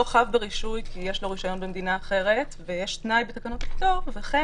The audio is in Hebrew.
חייב ברישוי כי יש לו רישוי ממדינה אחרת ויש תנאי של תקנות הפטור "...וכן